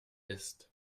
ist